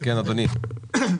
אדוני, בבקשה.